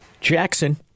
Jackson